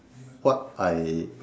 what I